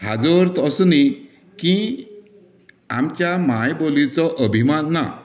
हाजो अर्थ असो न्ही की आमच्या मांय बोलीचो अभिमान ना